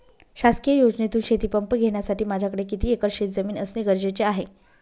शासकीय योजनेतून शेतीपंप घेण्यासाठी माझ्याकडे किती एकर शेतजमीन असणे गरजेचे आहे?